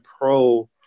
pro